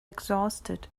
exhausted